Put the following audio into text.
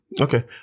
Okay